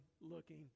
looking